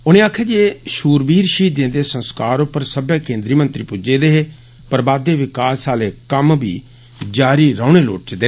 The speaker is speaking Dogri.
उनें आक्खेआ जे षूरबीर षहीदें दे संस्कार पर सब्बै केन्द्री मंत्री पुज्जे दे हे पर बाद्दे विकास आले कम्म जारी रौहने लोड़चदे